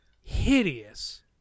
hideous